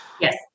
Yes